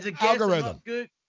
Algorithm